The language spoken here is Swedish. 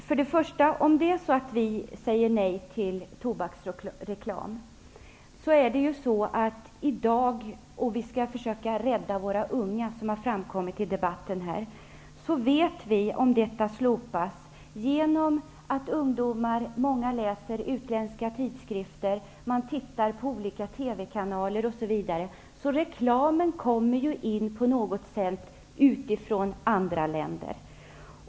Herr talman! Om vi säger nej till tobaksreklam och vi skall försöka rädda våra unga, vilket har framkommit i debatten, vet vi att många ungdomar läser utländska tidskrifter och tittar på olika TV kanaler m.m., och att de tar del av den reklam som på något sätt kommer in från andra länder.